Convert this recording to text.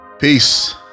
Peace